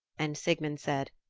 and sigmund said,